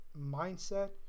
mindset